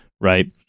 right